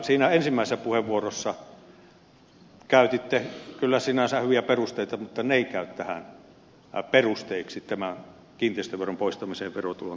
siinä ensimmäisessä puheenvuorossa käytitte kyllä sinänsä hyviä perusteita mutta ne eivät käy perusteeksi tämän kiinteistöveron poistamiseen verotulon tasauksesta